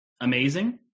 amazing